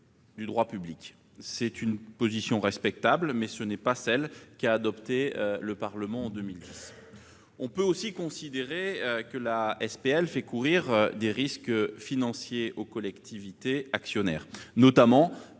du droit public. Cette position est respectable, mais ce n'est pas celle qu'a adoptée le Parlement en 2010. On peut aussi considérer que les SPL font courir des risques financiers aux collectivités actionnaires, notamment